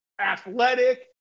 athletic